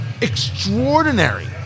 extraordinary